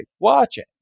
watching